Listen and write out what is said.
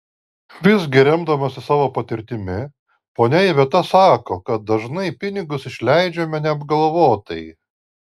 visgi remdamasi savo patirtimi ponia iveta sako kad dažnai pinigus išleidžiame neapgalvotai